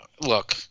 Look